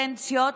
כמה קדנציות.